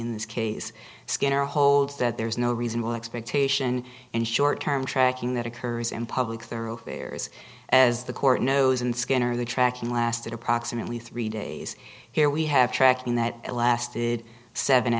in this case skinner holds that there is no reasonable expectation and short term tracking that occurs in public thoroughfares as the court knows and skinner the tracking lasted approximately three days here we have tracking that lasted seven